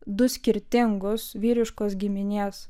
du skirtingus vyriškos giminės